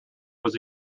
was